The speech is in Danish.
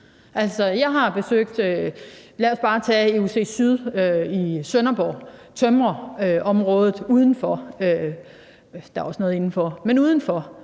f.eks. besøgt EUC Syd i Sønderborg. I tømrerområdet udenfor – der er også noget indenfor